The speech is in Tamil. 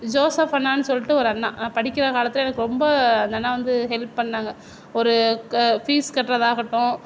ஜோசப் அண்ணான்னு சொல்லிட்டு ஒரு அண்ணா நான் படிக்கிற காலத்தில் எனக்கு ரொம்ப அந்த அண்ணா வந்து ஹெல்ப் பண்ணிணாங்க ஒரு ஃபீஸ் கட்டுறதாகட்டும்